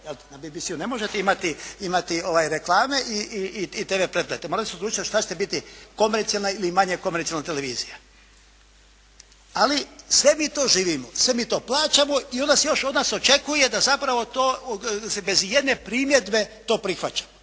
Na BBC-u ne možete imati reklame i TV pretplatu. Morate se odlučiti što će biti komercijalna ili manje komercijalna televizija. Ali sve mi to živimo, sve mi to plaćamo i onda se još od nas očekuje da zapravo bez ijedne primjedbe to prihvaćamo.